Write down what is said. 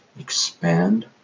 expand